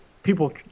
People